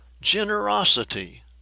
generosity